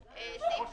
אסי,